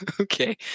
Okay